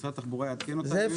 שמשרד התחבורה יעדכן אותם.